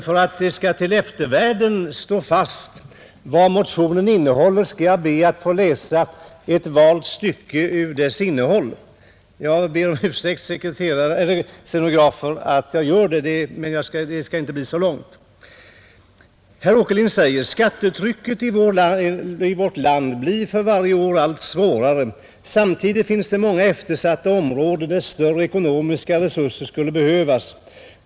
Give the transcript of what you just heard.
För att det till eftervärlden skall stå fast vad motionen innehåller skall jag be att få läsa ett valt stycke ur den — jag ber om ursäkt, stenografer, att jag gör det, men det skall inte bli så långt. Herr Åkerlind skriver i motionen: ”Skattetrycket i vårt land blir för varje år allt svårare. Samtidigt finns det många eftersatta områden där större ekonomiska resurser skulle behövas.